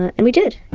and we did!